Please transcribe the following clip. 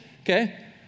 Okay